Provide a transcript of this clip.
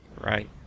Right